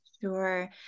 Sure